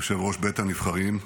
יושב-ראש בית הנבחרים,